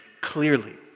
clearly